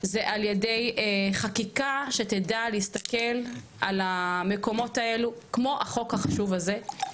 זה על ידי חקיקה שתדע להסתכל על המקומות האלו כמו החוק החשוב הזה,